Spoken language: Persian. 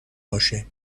باشه